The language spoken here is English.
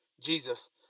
Jesus